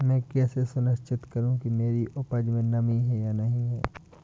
मैं कैसे सुनिश्चित करूँ कि मेरी उपज में नमी है या नहीं है?